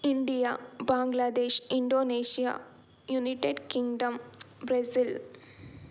India Bangladesh Indonesia United Kingdom Brazil